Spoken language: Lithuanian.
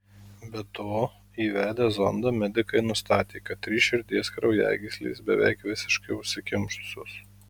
be to įvedę zondą medikai nustatė kad trys širdies kraujagyslės beveik visiškai užsikimšusios